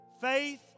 Faith